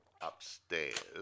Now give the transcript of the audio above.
upstairs